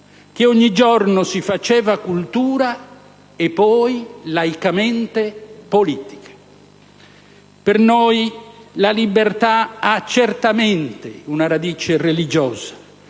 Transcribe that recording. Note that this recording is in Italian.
che ogni giorno si faceva cultura e poi, laicamente, politica. Per noi la libertà ha certamente una radice religiosa,